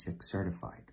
certified